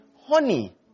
honey